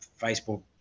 Facebook